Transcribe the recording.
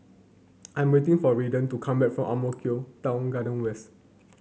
I'm waiting for Ryley to come back from Ang Mo Kio Town Garden West